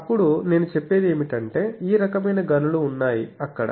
అప్పుడు నేను చెప్పేది ఏమిటంటే ఈ రకమైన గనులు ఉన్నాయి అక్కడ